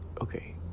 okay